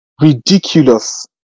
Ridiculous